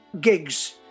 gigs